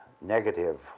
negative